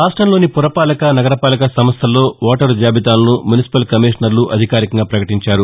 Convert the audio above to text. రాష్ట్రంలోని పురపాలక నగరపాలక సంస్థల్లో ఓటరు జాబితాలను మున్సిపల్ కమిషనర్లు అధికారికంగా ప్రకటించారు